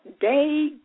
day